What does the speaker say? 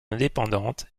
indépendante